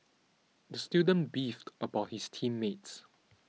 the student beefed about his team mates